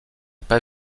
pas